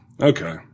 Okay